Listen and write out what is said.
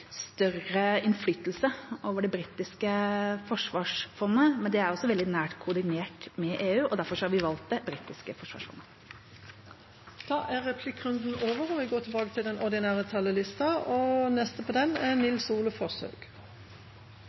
større innflytelse over det britiske forsvarsfondet. Men det er også veldig nært koordinert med EU, og derfor har vi valgt det britiske forsvarsfondet. Replikkordskiftet er